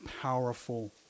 powerful